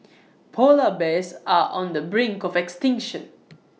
Polar Bears are on the brink of extinction